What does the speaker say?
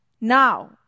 Now